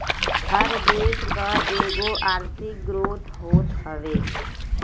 हर देस कअ एगो आर्थिक ग्रोथ होत हवे